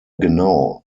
genau